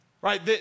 Right